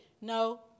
No